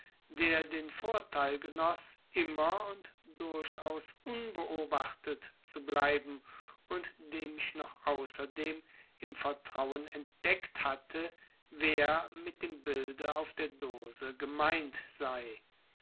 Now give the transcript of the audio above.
der den vorteil genoß immer und durchaus unbeobachtet zu bleiben und dem ich noch außerdem im vertrauen entdeckt hatte wer mit dem bilde auf der dose gemeint sei